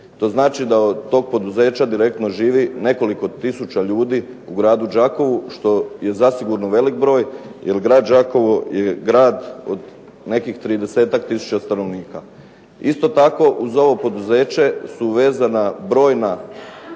To znači da od tog poduzeća direktno živi nekoliko tisuća ljudi u gradu Đakovu, što je zasigurno veliki broj, jer grad Đakovo je grad od nekih 30-ak tisuća stanovnika. Isto tako uz ovo poduzeće su vezana brojna